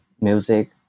music